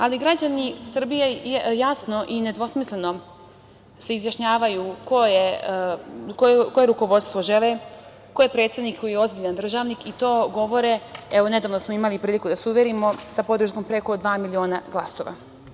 Ali građani Srbije jasno i nedvosmisleno se izjašnjavaju koje rukovodstvo žele, ko je predsednik koji je ozbiljan državnik, i to govore, evo, nedavno smo imali priliku da se uverimo, sa podrškom od preko dva miliona glasova.